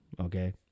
Okay